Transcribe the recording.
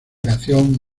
canción